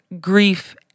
grief